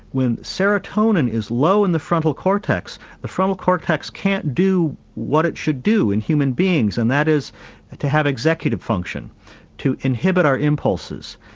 when serotonin is low in the frontal cortex, the frontal cortex can't do what it should do in human beings, and that is to have executive function to inhibit our impulses,